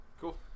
cool